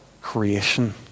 creation